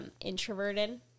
introverted